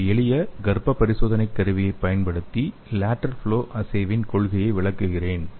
ஒரு எளிய கர்ப்ப பரிசோதனைக் கருவியைப் பயன்படுத்தி லேடெரல் ஃப்ளொ அஸ்ஸேவின் கொள்கையை விளக்குகிறேன்